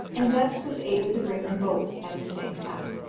and thus was able to bring them both at the same time.